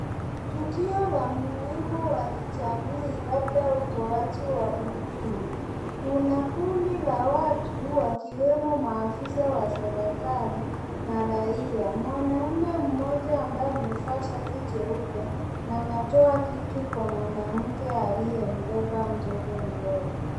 Tukio la muhimu wa kijamii, labda utoaji wa huduma kuna kundi la watu wakiwemo maafisa wa serikali na raia . Mwanaume mmoja aliyevaa shati jeupe na anatoa kitu kwa mwanamke aliyembeba mtoto mdogo.